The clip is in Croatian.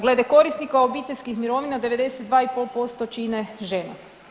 Glede korisnika obiteljskih mirovina, 92,5% čine žene.